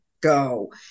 go